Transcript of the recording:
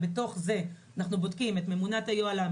בתוך זה אנחנו בודקים את ממונת היוהל"ם,